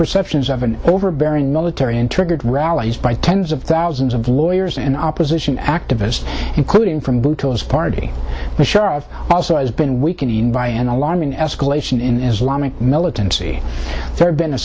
perceptions of an overbearing military and triggered rallies by tens of thousands of lawyers in opposition activists including from bhutto's party the sheriff also has been weakening by an alarming escalation in islamic militancy third been a